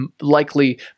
likely